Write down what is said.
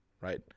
right